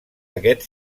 aquest